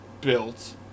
built